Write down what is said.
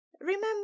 remember